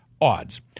odds